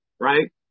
Right